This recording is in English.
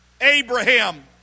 Abraham